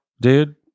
dude